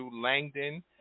Langdon